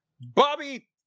Bobby